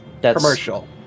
commercial